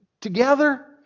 together